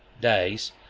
days